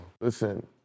Listen